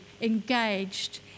engaged